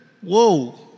Whoa